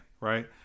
right